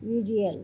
visual